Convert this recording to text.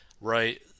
right